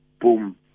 boom